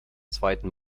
zweiten